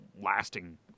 lasting